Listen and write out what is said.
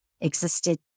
existed